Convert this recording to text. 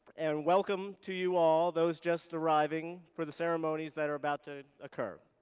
and welcome to you all, those just arriving for the ceremonies that are about to occur.